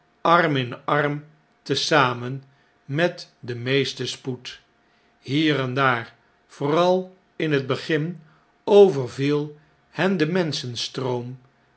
arm in arm te zamen met den meesten spoed hier en daar vooral in het begin overviel hen de